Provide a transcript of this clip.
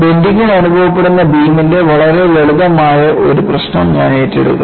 ബെൻഡിങ്നു അനുഭവപ്പെടുന്ന ബീമിൻറെ വളരെ ലളിതമായ ഒരു പ്രശ്നം ഞാൻ ഏറ്റെടുക്കും